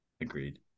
agreed